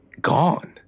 gone